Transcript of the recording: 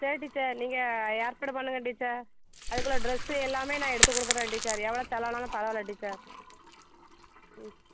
சரி டீச்சர் நீங்கள் ஏற்பாடு பண்ணுங்கள் டீச்சர் அதுக்குள்ளே ட்ரெஸ்ஸு எல்லாம் நான் எடுத்து கொடுத்துர்றேன் டீச்சர் எவ்வளோ செலவாகினாலும் பரவாயில்ல டீச்சர் ம்